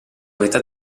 metà